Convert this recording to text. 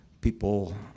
People